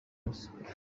gusa